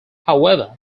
however